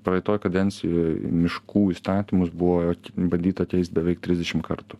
praeitoj kadencijoj miškų įstatymus buvo bandyta keist beveik trisdešim kartų